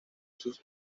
sus